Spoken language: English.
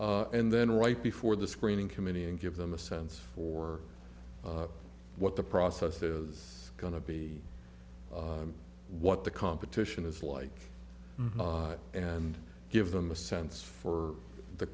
t and then right before the screening committee and give them a sense for what the process is going to be what the competition is like and give them a sense for the